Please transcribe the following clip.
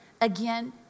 again